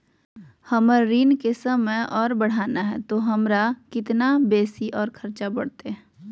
हमर ऋण के समय और बढ़ाना है तो हमरा कितना बेसी और खर्चा बड़तैय?